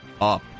up